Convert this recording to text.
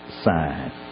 sign